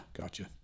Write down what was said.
gotcha